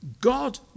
God